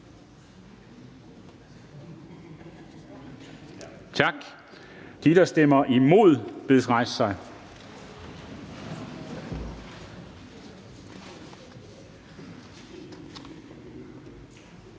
medlemmer, der stemmer imod, bedes rejse sig. Tak.